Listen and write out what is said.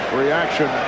reaction